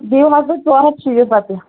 بیٚیہِ واژوٕ ژور ہَتھ شیٖتھ رۄپیہِ